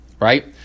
right